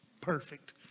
Perfect